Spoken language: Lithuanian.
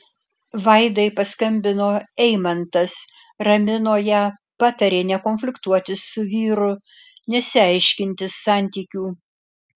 vaidai paskambino eimantas ramino ją patarė nekonfliktuoti su vyru nesiaiškinti santykių